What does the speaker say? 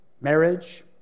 marriage